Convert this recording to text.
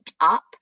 up